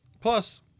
Plus